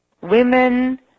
women